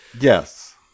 Yes